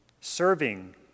serving